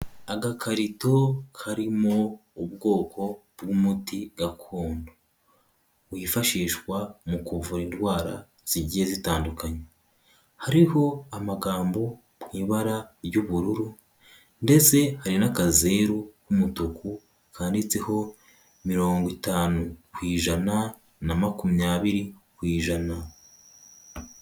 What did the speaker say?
Agakarito karimo ubwoko bw'umuti gakondo wifashishwa mu kuvura indwara zigiye zitandukanye, hariho amagambo mu ibara ry'ubururu ndetse hari n'akazeru k'umutuku kanditseho mirongo itanu ku ijana na makumyabiri ku'ijana.